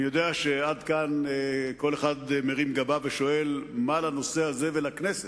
אני יודע שעד כאן כל אחד מרים גבה ושואל מה לנושא הזה ולכנסת.